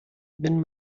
wenn